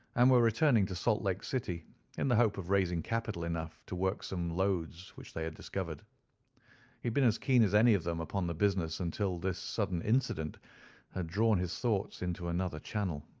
and were returning to salt lake city in the hope of raising capital enough to work some lodes which they had discovered. he had been as keen as any of them upon the business until this sudden incident had drawn his thoughts into another channel.